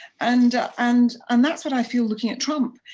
and and and that's what i feel, looking at trump.